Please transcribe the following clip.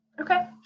Okay